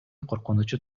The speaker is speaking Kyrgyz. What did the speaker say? коркунучу